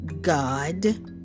God